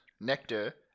nectar